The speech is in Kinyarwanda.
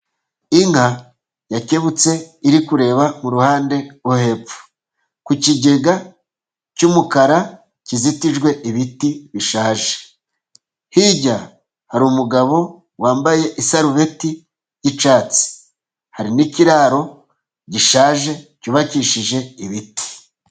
Inka yakebutse iri kureba uruhande rwo hepfo ku kigega cy'umukara kizitijwe ibiti bishaje, hirya hari umugabo wambaye isarubeti y'icyatsi, hari n'ikiraro gishaje cyubakishije ibiti.